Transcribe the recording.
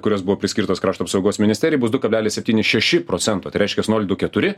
kurios buvo priskirtos krašto apsaugos ministerijai bus du kablelis septyni šeši procento tai reiškia nol du keturi